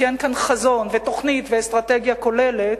כי אין כאן חזון ותוכנית ואסטרטגיה כוללת,